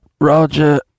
Roger